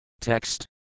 Text